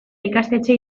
ikastetxe